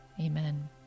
Amen